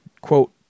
quote